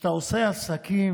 כשאתה עושה עסקים,